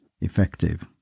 effective